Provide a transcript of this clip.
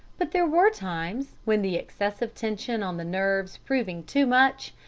but there were times, when the excessive tension on the nerves proving too much,